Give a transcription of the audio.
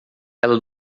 ela